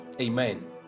amen